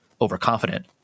Overconfident